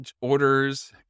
orders